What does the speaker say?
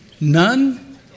None